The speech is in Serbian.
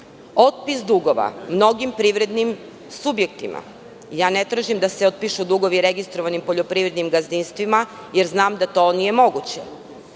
otpis dugova mnogim privrednim subjektima, ne tražim da se otpišu dugovi registrovanim poljoprivrednim gazdinstvima, jer znam da to nije moguće,